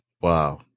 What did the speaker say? Wow